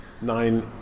nine